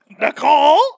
Nicole